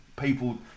people